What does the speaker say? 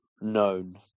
known